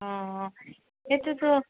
অ সেইটোতো